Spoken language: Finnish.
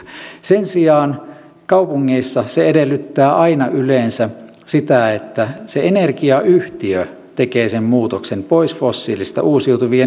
sen sijaan kaupungeissa se edellyttää aina yleensä sitä että energiayhtiö tekee sen muutoksen pois fossiilisista uusiutuviin